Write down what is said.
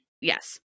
Yes